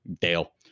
Dale